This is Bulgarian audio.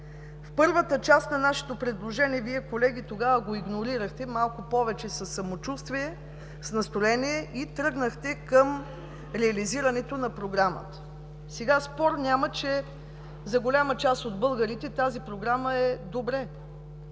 В първата част на нашето предложение, колеги, тогава го игнорирахте с малко повече самочувствие, с настроение и тръгнахте към реализирането на Програмата. Няма спор, че за голяма част от българите тази Програма е добре,